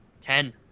Ten